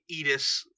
Edis